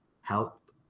help